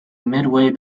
midway